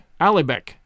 Alibek